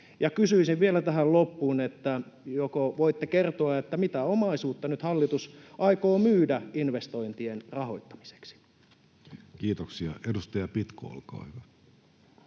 kysyisin vielä tähän loppuun, että joko voitte kertoa, mitä omaisuutta hallitus aikoo nyt myydä investoin-tien rahoittamiseksi. [Speech 354] Speaker: